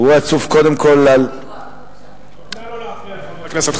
אירוע עצוב, קודם כול, פיגוע, פיגוע, בבקשה.